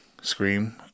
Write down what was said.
scream